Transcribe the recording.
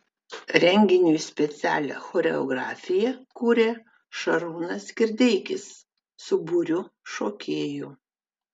renginiui specialią choreografiją kūrė šarūnas kirdeikis su būriu šokėjų